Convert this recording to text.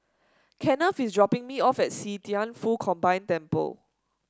Kennth is dropping me off at See Thian Foh Combined Temple